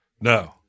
No